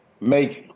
make